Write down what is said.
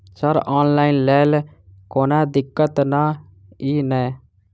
Sir online लैल कोनो दिक्कत न ई नै?